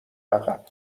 عقب